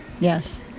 Yes